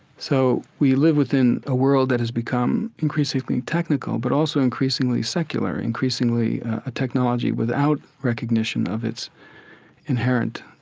so we live within a world that has become increasingly technical but also increasingly secular, increasingly a technology without recognition of its inherent